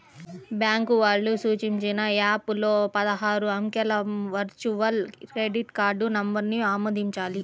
bank వాళ్ళు సూచించిన app లో పదహారు అంకెల వర్చువల్ క్రెడిట్ కార్డ్ నంబర్ను ఆమోదించాలి